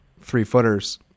three-footers